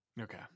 Okay